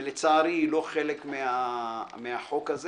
ולצערי היא לא חלק מהחוק הזה,